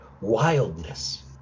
Wildness